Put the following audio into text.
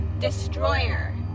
destroyer